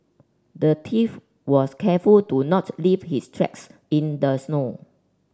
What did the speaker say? the thief was careful to not leave his tracks in the snow